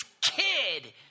kid